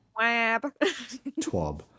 Twab